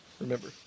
Remember